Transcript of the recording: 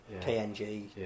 PNG